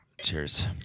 Cheers